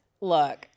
Look